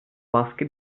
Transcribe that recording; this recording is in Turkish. baskı